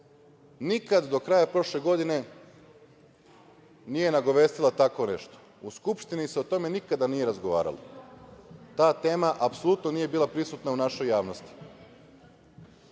Nikada do kraja prošle godine nije nagovestila tako nešto. U Skupštini se o tome nikada nije razgovaralo. Ta tema apsolutno nije bila prisutna u našoj javnosti,